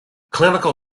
clinical